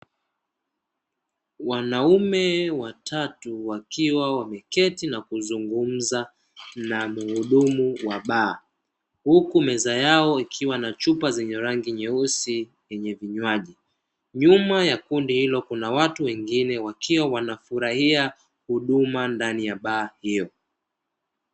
Wanaume watatu wakiwa wameketi na kuzungumza na mhudumu wa baa, huku meza yao ikiwa na chupa zenye rangi nyeusi yenye vinywaji. Nyuma ya kundi hilo, kuna watu wengine wakiwa wanafurahia huduma ndani ya baa hiyo.